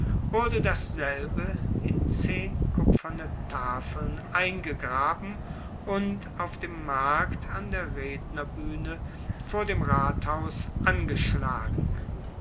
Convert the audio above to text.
wurde dasselbe in zehn kupferne tafeln eingegraben auf dem markt an der rednerbuehne vor dem rathaus angeschlagen